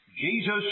Jesus